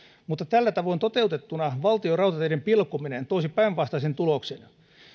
mutta tällä tavoin toteutettuna valtionrautateiden pilkkominen toisi päinvastaisen tuloksen